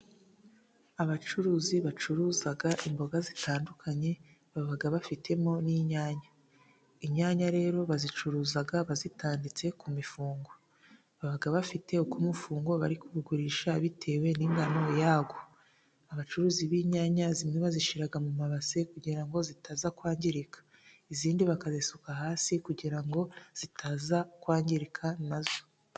Abacuruzi bacuruza imboga zitandukanye， baba bafitemo n'inyanya. Inyanya rero bazicuruza bazitanditse ku mifungo， baba bafite uko umufungo bari kuwugurisha， bitewe n'ingano yawo. Abacuruzi b'inyanya， zimwe bazishyiraga mu mabase kugira ngo zitaza kwangirika， izindi bakazisuka hasi kugira ngo zitaza kwangirika nazo.